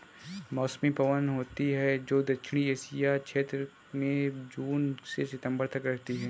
मौसमी पवन होती हैं, जो दक्षिणी एशिया क्षेत्र में जून से सितंबर तक रहती है